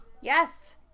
Yes